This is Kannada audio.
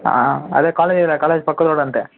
ಹಾಂ ಅದೇ ಕಾಲೇಜ್ ಇದೆ ಕಾಲೇಜ್ ಪಕ್ಕದ ರೋಡ್ ಅಂತೆ